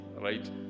right